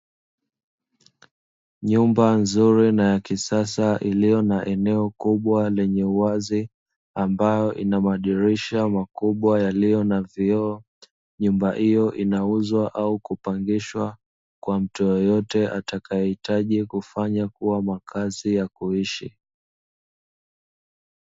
Nyumba nzuri na ya kisasa iliyo na eneo kubwa lenye uwazi ambayo ina madirisha makubwa yaliyo na vioo, nyumba hiyo inauzwa au kupangishwa kwa mtu yeyote atakayetaka kufanya kuwa makazi ya kuishi.